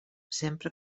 sempre